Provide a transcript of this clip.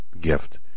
gift